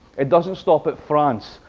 it doesn't stop at france.